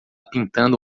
pintando